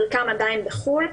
חלקם עדיין בחו"ל.